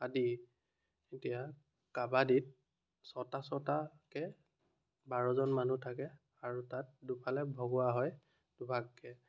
আদি এতিয়া কাবাডীত ছটা ছটাকৈ বাৰজন মানুহ থাকে আৰু তাত দুফালে ভগোৱা হয় দুভাগকৈ